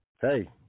hey